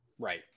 Right